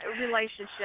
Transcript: relationship